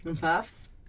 Puffs